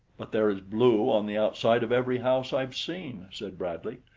but there is blue on the outside of every house i have seen, said bradley.